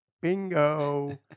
Bingo